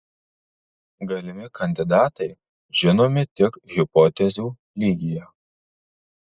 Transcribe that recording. galimi kandidatai žinomi tik hipotezių lygyje